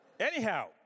Anyhow